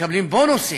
מקבלים בונוסים,